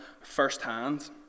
firsthand